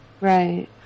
Right